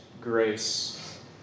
grace